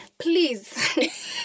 Please